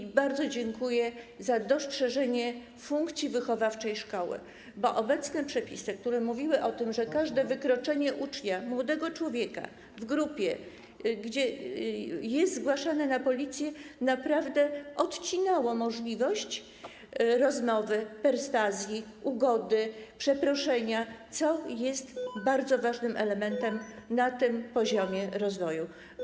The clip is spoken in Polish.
I bardzo dziękuję za dostrzeżenie funkcji wychowawczej szkoły, bo obecne przepisy, które stanowiły, że każde wykroczenie ucznia, młodego człowieka w grupie, jest zgłaszane na policję, naprawdę odcinały możliwość rozmowy, perswazji, ugody, przeproszenia, co jest bardzo ważnym elementem na tym poziomie rozwoju.